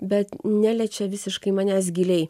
bet neliečia visiškai manęs giliai